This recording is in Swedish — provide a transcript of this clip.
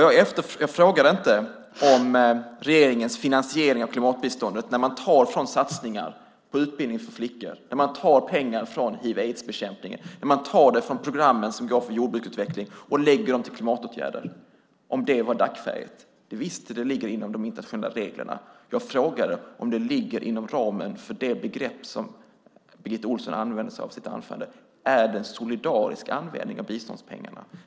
Jag frågade inte om regeringens finansiering av klimatbiståndet - när man tar från satsningar på utbildning för flickor, från hiv/aids-bekämpningen, från programmen för jordbruksutveckling och lägger på klimatåtgärder - var Dacfähig. Visst ligger det inom de internationella reglerna. Jag frågade om det ligger inom ramen för det begrepp som Birgitta Ohlsson använde sig av i sitt anförande. Är det en solidarisk användning av biståndspengarna?